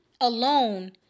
alone